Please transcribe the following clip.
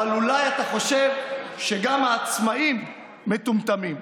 אבל אולי אתה חושב שגם העצמאים מטומטמים.